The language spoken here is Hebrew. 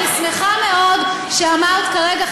אני שמחה מאוד שאמרת כרגע,